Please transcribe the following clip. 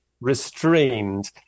restrained